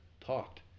talked